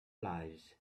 lives